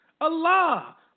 Allah